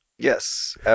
Yes